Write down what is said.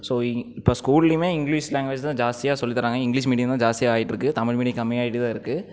so இ இப்போ ஸ்கூல்லேயுமே இங்கிலீஷ் லேங்குவேஜ் தான் ஜாஸ்தியாக சொல்லி தராங்க இங்கிலீஷ் மீடியம் தான் ஜாஸ்தியாக ஆகிட்டு இருக்குது தமிழ் மீடியம் கம்மியாகிட்டு தான் இருக்குது